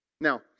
Now